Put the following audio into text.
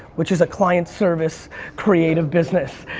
which is a client service creative business.